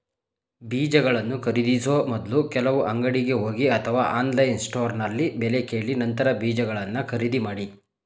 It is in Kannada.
ಬೀಜಗಳನ್ನು ಖರೀದಿಸೋ ಮೊದ್ಲು ಕೆಲವು ಅಂಗಡಿಗೆ ಹೋಗಿ ಅಥವಾ ಆನ್ಲೈನ್ ಸ್ಟೋರ್ನಲ್ಲಿ ಬೆಲೆ ಕೇಳಿ ನಂತರ ಬೀಜಗಳನ್ನ ಖರೀದಿ ಮಾಡಿ